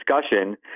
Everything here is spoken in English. discussion